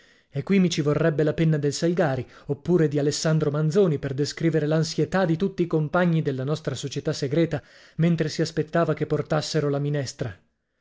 e qui mi ci vorrebbe la penna del salgari oppure di alessandro manzoni per descrivere l'ansietà di tutti i compagni della nostra società segreta mentre si aspettava che portassero la minestra